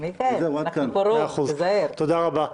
תודה רבה.